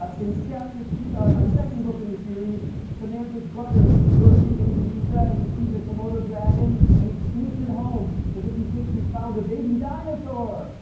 ah in chapter two, my second book in the series, samantha's brother goes to indonesia and he sees a komodo dragon. and he sneaks it home because he thinks he's found a baby dinosaur.